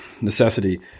necessity